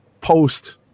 post